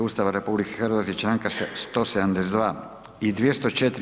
Ustava RH i članka 172. i 204.